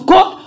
God